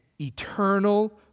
eternal